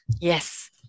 Yes